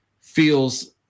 feels